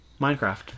Minecraft